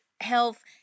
health